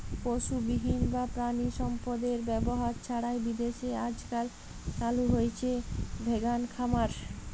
পশুবিহীন বা প্রাণিসম্পদএর ব্যবহার ছাড়াই বিদেশে আজকাল চালু হইচে ভেগান খামার